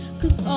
cause